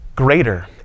greater